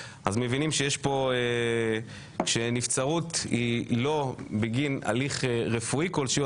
אז מבינים שיש פה שנבצרות היא לא בגין הליך רפואי כלשהו,